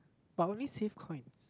but when we save coins